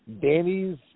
Danny's